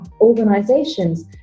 organizations